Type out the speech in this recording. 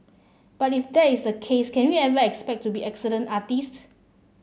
but if that is the case can we ever expect to be excellent artists